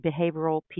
Behavioral